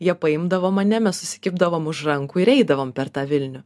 jie paimdavo mane mes susikibdavom už rankų ir eidavome per tą vilnių